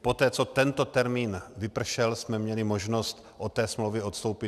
Poté co tento termín vypršel, jsme měli možnost od té smlouvy odstoupit.